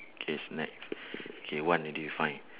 K snacks K one already find